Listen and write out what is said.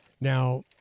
Now